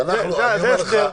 זה ההסדר.